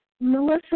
Melissa